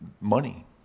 money